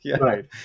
Right